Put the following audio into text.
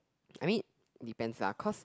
I mean depends lah cause